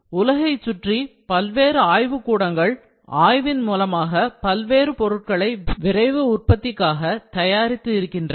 உலகைச் சுற்றி பல்வேறு ஆய்வுக் கூடங்கள் ஆய்வின் மூலமாக பல்வேறு பொருட்களை விரைவு உற்பத்திக்காக தயாரித்து இருக்கின்றன